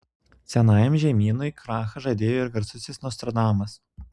senajam žemynui krachą žadėjo ir garsusis nostradamas